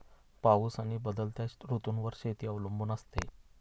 पाऊस आणि बदलत्या ऋतूंवर शेती अवलंबून असते